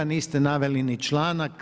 Niste naveli ni članak.